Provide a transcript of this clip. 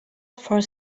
for